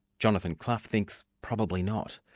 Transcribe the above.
jonathan clough thinks probably not,